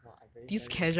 !wah! I barely studied like